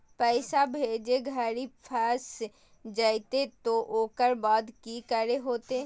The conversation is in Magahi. पैसा भेजे घरी फस जयते तो ओकर बाद की करे होते?